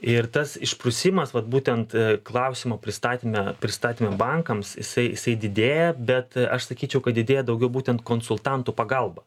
ir tas išprusimas vat būtent klausimo pristatyme pristatyme bankams jisai jisai didėja bet aš sakyčiau kad didėja daugiau būtent konsultantų pagalba